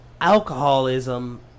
alcoholism